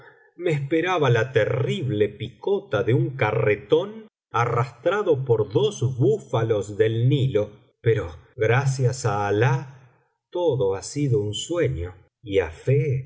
me esperaba la terrible picota con un carretón arrastrado por dos búfalos del ni lo pero gracias á alah todo ha sido un sueño y